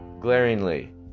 glaringly